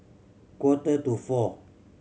quarter to four